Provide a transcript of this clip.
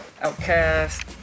Outcast